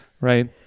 Right